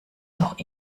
doch